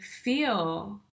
feel